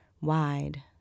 wide